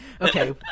Okay